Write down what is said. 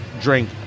drink